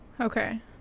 Okay